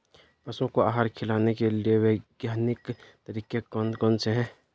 पशुओं को आहार खिलाने के लिए वैज्ञानिक तरीके कौन कौन से हैं?